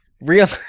Real